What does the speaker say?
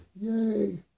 Yay